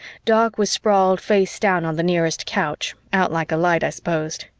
doc was sprawled face down on the nearest couch, out like a light, i suppose.